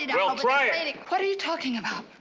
and what are you talking about?